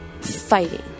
fighting